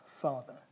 Father